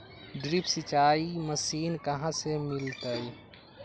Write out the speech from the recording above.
Drip सिंचाई machine कहाँ से मिलतै?